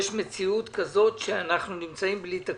יש מציאות כזאת שאנחנו נמצאים בלי תקציב,